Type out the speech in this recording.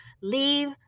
Leave